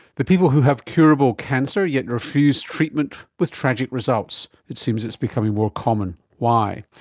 the people who have curable cancer yet refuse treatment, with tragic results. it seems it's becoming more common. why?